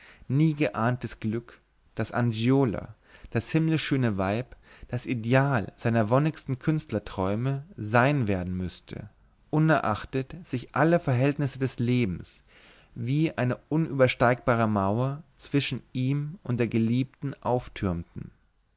nie geahntes glück daß angiola das himmlischschöne weib das ideal seiner wonnigsten künstlerträume sein werden müßte unerachtet sich alle verhältnisse des lebens wie eine unübersteigbare mauer zwischen ihm und der geliebten auftürmten